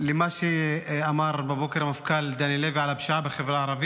למה שאמר בבוקר המפכ"ל דני לוי על הפשיעה בחברה הערבית,